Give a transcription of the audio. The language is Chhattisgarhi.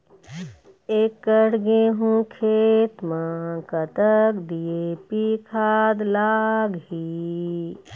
एकड़ गेहूं खेत म कतक डी.ए.पी खाद लाग ही?